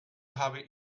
habe